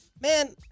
Man